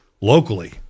locally